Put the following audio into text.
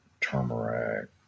turmeric